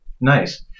Nice